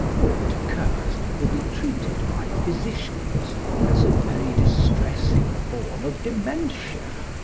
or, if it occurs, will be treated by physicians as a very distressing form of dementia,